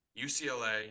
UCLA